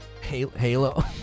Halo